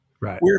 Right